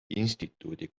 instituudi